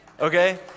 okay